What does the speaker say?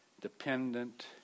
dependent